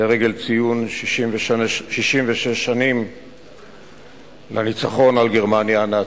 לרגל ציון 66 שנים לניצחון על גרמניה הנאצית,